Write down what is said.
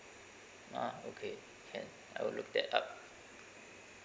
ah okay can I will look that up